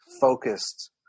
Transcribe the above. focused